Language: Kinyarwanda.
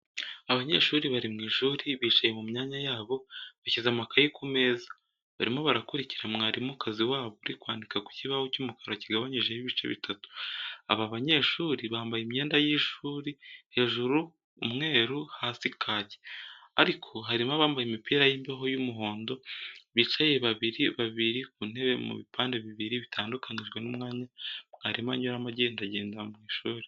Abanyeshuri bari mu ishuri, bicaye mu myanya yabo, bashyize amakayi ku meza. Barimo barakurikira mwarimukazi wabo uri kwandika ku kibaho cy'umukara kigabanyijemo ibice bitatu. Aba banyeshuri bambaye imyenda y'ishuri, hejuru umweru, hasi kaki, ariko harimo abambaye imipira y'imbeho y'umuhondo. Bicaye babiri babiri ku ntebe mu bipande bibiri, bitandukanyijwe n'umwanya mwarimu anyuramo, agendagenda mu ishuri.